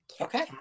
Okay